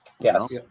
yes